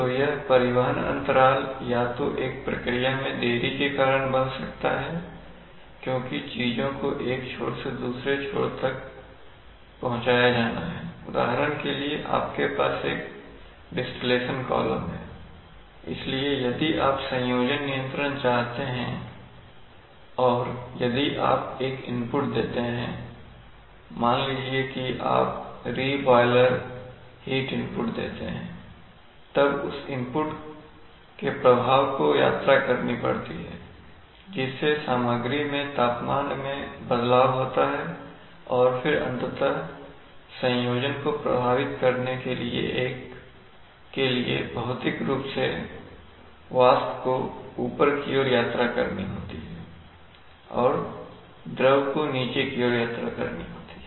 तो यह परिवहन अंतराल या तो एक प्रक्रिया में देरी का कारण बन सकता है क्योंकि चीजों को एक छोर से दूसरे छोर तक पहुंचाया जाना है उदाहरण के लिए आपके पास एक डिस्टलेशन कॉलम है इसलिए यदि आप संयोजन नियंत्रण चाहते हैं और यदि आप एक इनपुट देते हैंमान लीजिए कि कि आप री बॉयलर हीट इनपुट देते हैं तब उस इनपुट के प्रभाव को यात्रा करनी पड़ती है जिससे सामग्री में तापमान में बदलाव होता है और फिर अंततः संयोजन को प्रभावित करने के लिए भौतिक रूप से वाष्प को ऊपर की ओर यात्रा करनी होती है और द्रव को नीचे की ओर यात्रा करनी होती है